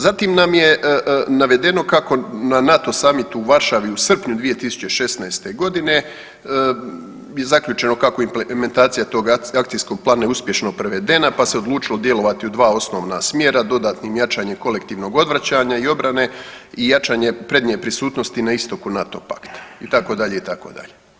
Zatim je navedeno kako na NATO summitu u Varšavi u srpnju 2016. godine je zaključeno kako implementacija toga akcijskog plana je uspješno prevedena pa se odlučilo djelovati u dva osnovna smjera dodatnim jačanjem kolektivnog odvraćanja i obrane i jačanje prednje prisutnosti na istoku NATO pakta itd., itd.